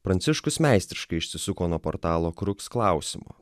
pranciškus meistriškai išsisuko nuo portalo kruks klausimo